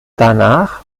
danach